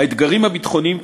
האתגרים הביטחוניים,